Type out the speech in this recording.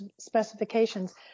specifications